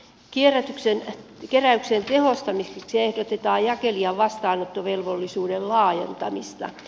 kierrätyksen ja keräyksen tehostamiseksi ehdotetaan jakelijan vastaanottovelvollisuuden laajentamista